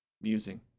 Musing